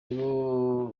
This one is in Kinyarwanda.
nibo